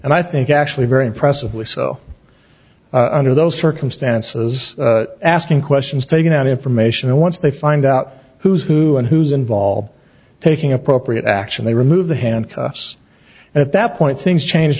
and i think actually very impressively so under those circumstances asking questions taking out information and once they find out who's who and who's involved taking appropriate action they remove the handcuffs and at that point things change